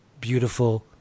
beautiful